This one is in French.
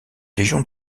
légion